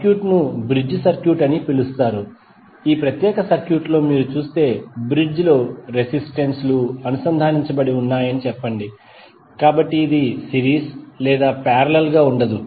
సర్క్యూట్ను bridge circuit అని పిలుస్తారు ఈ ప్రత్యేక సర్క్యూట్లో మీరు చూస్తే ఇక్కడ బ్రిడ్జ్ లో రెసిస్టెన్స్ లు అనుసంధానించబడి ఉన్నాయని చెప్పండి కాబట్టి ఇది సిరీస్ లేదా పారలెల్ గా ఉండదు